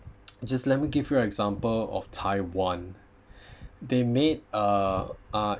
just let me give you an example of taiwan they made uh uh